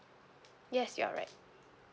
yes you're right